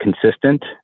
consistent